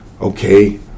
okay